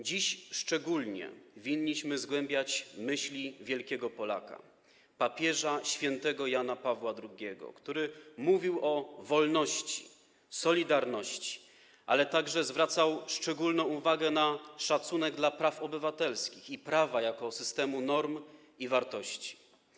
Dziś szczególnie winniśmy zgłębiać myśli tego wielkiego Polaka, papieża, św. Jana Pawła II, który mówił o wolności, solidarności, ale także zwracał szczególną uwagę na szacunek dla praw obywatelskich i prawa jako systemu norm i wartości.